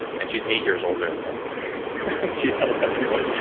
and she's eight years older than she tells everyone.